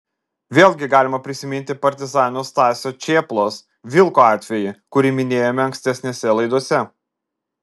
vėlgi galima prisiminti partizano stasio čėplos vilko atvejį kurį minėjome ankstesnėse laidose